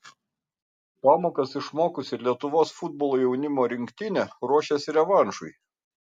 pamokas išmokusi lietuvos futbolo jaunimo rinktinė ruošiasi revanšui